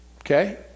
Okay